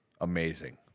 Amazing